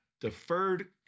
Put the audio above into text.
Deferred